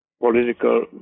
political